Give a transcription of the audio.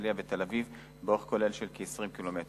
הרצלייה ותל-אביב באורך כולל של כ-20 קילומטרים.